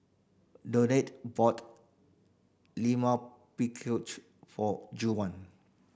bought for Juwan